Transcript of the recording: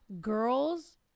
Girls